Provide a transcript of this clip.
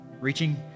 reaching